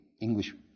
English